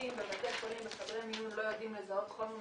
שצוותים בבתי חולים וחדרי מיון לא יודעים לזהות חומר מסוים,